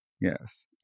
Yes